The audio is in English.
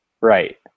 Right